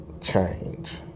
change